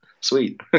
sweet